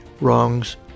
wrongs